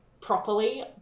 properly